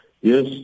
Yes